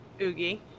Oogie